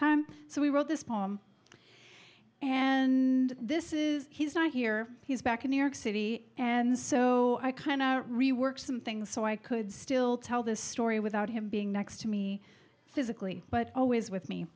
time so we wrote this poem and this is he's not here he's back in new york city and so i kind of rework some things so i could still tell the story without him being next to me physically but always with me